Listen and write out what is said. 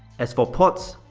as for ports,